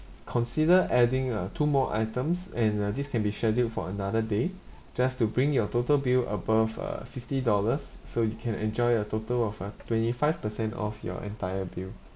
consider adding ah two more items and uh this can be scheduled for another day just to bring your total bill above uh fifty dollars so you can enjoy a total of uh twenty five percent off your entire bill